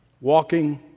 walking